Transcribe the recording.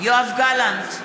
יואב גלנט,